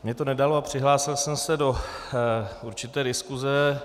Mně to nedalo a přihlásil jsem se do určité diskuse.